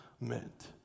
meant